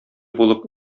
булып